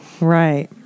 Right